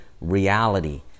reality